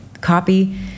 copy